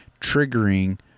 triggering